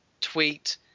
tweet